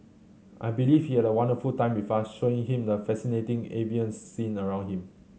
I believe he had a wonderful time showing him the fascinating avian scene around him